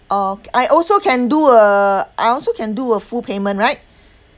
uh I also can do uh I also can do a full payment right